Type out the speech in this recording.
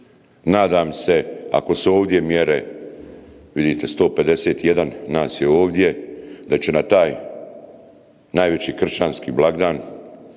nadam se ako su ovdje mjere, vidite 151 nas je ovdje da će na taj najveći kršćanski blagdan